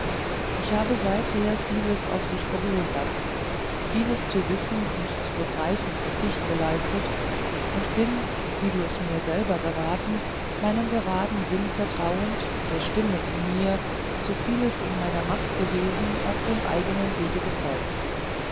ich habe seither vieles auf sich beruhen lassen vieles zu wissen und zu begreifen verzicht geleistet und bin wie du es mir selber geraten meinem geraden sinn vertrauend der stimme in mir so viel es in meiner macht gewesen auf dem eigenen wege gefolgt